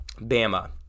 Bama